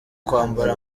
kwambara